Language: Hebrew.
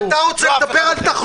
זה הוא ולא אף אחד אחר.